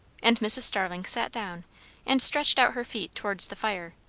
and mrs. starling sat down and stretched out her feet towards the fire.